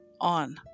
on